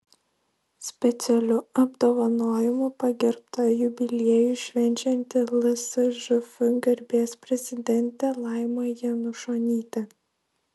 specialiu apdovanojimu pagerbta jubiliejų švenčianti lsžf garbės prezidentė laima janušonytė